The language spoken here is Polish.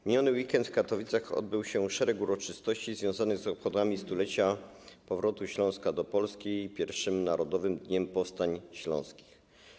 W miniony weekend w Katowicach odbyło się szereg uroczystości związanych z obchodami stulecia powrotu Śląska do Polski i pierwszym Narodowym Dniem Powstań Śląskich.